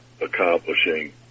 accomplishing